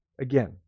again